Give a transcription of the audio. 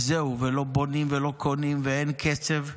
וזהו, ולא בונים ולא קונים ואין קצב,